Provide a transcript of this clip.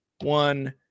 one